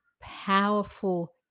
powerful